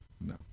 No